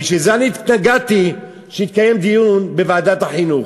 בגלל זה אני התנגדתי שיתקיים דיון בוועדת החינוך.